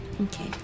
Okay